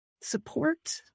support